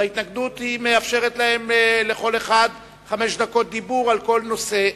וההתנגדות מאפשרת לכל אחד חמש דקות דיבור על כל נושא.